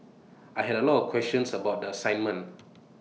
I had A lot of questions about the assignment